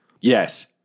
Yes